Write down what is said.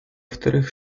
вторых